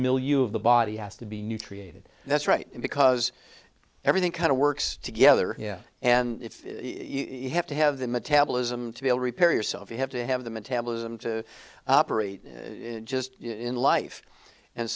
milieu of the body has to be new created that's right because everything kind of works together and if you have to have the metabolism to be able repair yourself you have to have the metabolism to operate just in life and